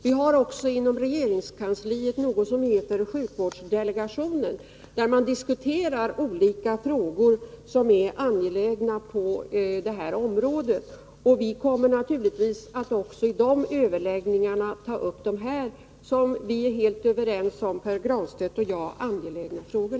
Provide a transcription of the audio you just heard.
Vi har också inom regeringskansliet något som heter sjukvårdsdelegationen, där man diskuterar olika frågor på det här området som är angelägna. Och vi kommer naturligtvis att också i de överläggningarna ta upp dessa — det är vi helt överens om, Pär Granstedt och jag — angelägna frågor.